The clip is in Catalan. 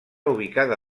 ubicada